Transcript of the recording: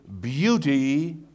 beauty